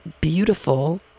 beautiful